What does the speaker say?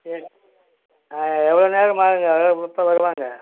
சரி ஆ எவ்வளோ நேரம் ஆகுதுங்க அதாது எப்போது வருவாங்க